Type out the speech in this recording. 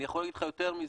אני יכול להגיד לך יותר מזה,